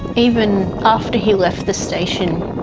even after he left the station